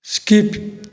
skip